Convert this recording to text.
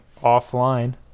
offline